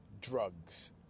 drugs